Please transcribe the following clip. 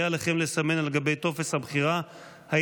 יהיה עליכם לסמן על גבי טופס הבחירה אם